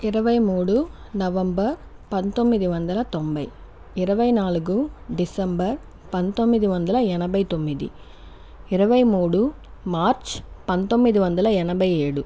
ఇరవై మూడు నవంబర్ పంతొమ్మిది వందల తొంభై ఇరవై నాలుగు డిసెంబర్ పంతొమ్మిది వందల ఎనభై తొమ్మిది ఇరవై మూడు మార్చ్ పంతొమ్మిది వందల ఎనభై ఏడు